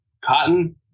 cotton